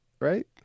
right